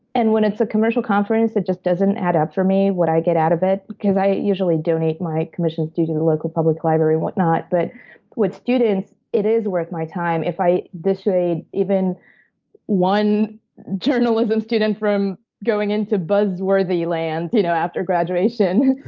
and when it's a commercial conference, it just doesn't add up for me what i get out of it because i usually donate my commissions to the local public like or whatnot. but with students, it is worth my time. if i dissuade even one journalism student from going into buzz-worthy land you know after graduation,